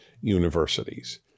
universities